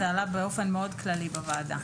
זה עלה באופן מאוד כללי בוועדה.